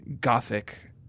Gothic